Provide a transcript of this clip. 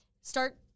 start